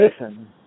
listen